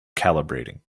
calibrating